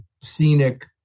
scenic